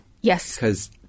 Yes